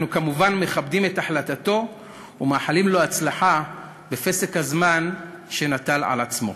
אנחנו כמובן מכבדים את החלטתו ומאחלים לו הצלחה בפסק-הזמן שנטל על עצמו.